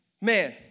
man